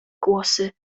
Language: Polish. głosy